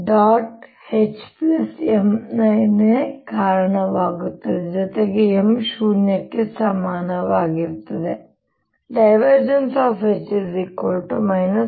H M ನ ಗೆ ಕಾರಣವಾಗುತ್ತದೆ ಜೊತೆಗೆ M ಶೂನ್ಯಕ್ಕೆ ಸಮಾನವಾಗಿರುತ್ತದೆ ಇದು ನನಗೆ